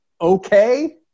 okay